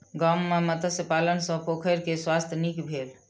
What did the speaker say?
गाम में मत्स्य पालन सॅ पोखैर के स्वास्थ्य नीक भेल